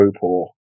poor